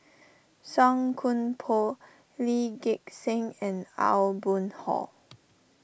Song Koon Poh Lee Gek Seng and Aw Boon Haw